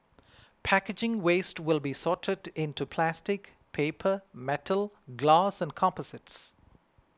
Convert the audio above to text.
packaging waste will be sorted into plastic paper metal glass and composites